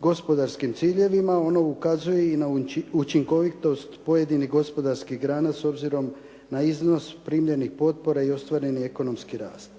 gospodarskim ciljevima. Ono ukazuje i na učinkovitost pojedinih gospodarskih grana s obzirom na iznos primljenih potpora i ostvareni ekonomski rast.